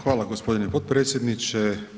Hvala gospodine potpredsjedniče.